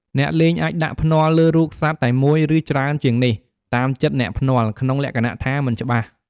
អ្នកលេងអាចដាក់ភ្នាល់លើរូបសត្វតែមួយ ឬច្រើនជាងនេះ តាមចិត្តអ្នកភ្នាល់ក្នុងលក្ខណៈថា មិនច្បាស់។